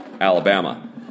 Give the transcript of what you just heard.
Alabama